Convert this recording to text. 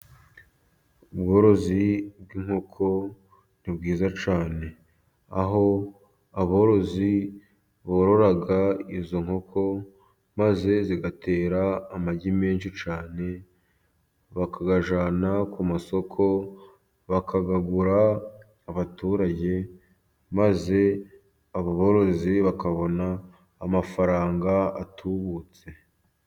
Ubworozi bw'inkoko ni bwiza cyane. Aho aborozi borora izo nkoko, maze zigatera amagi menshi cyane, bakayajyana ku masoko, bakayagura abaturage maze abo borozi bakabona amafaranga atubutse.